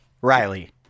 Riley